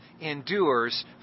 endures